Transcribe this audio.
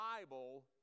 Bible